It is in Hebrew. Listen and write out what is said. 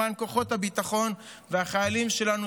למען כוחות הביטחון והחיילים שלנו,